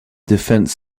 defence